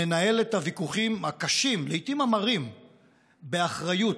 ננהל את הוויכוחים הקשים, לעיתים המרים, באחריות,